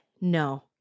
no